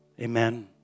Amen